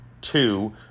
two